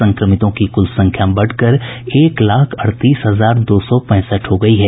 संक्रमितों की कुल संख्या बढ़कर एक लाख अड़तीस हजार दो सौ पैंसठ हो गयी है